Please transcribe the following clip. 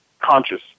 conscious